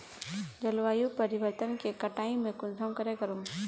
जलवायु परिवर्तन के कटाई में कुंसम करे करूम?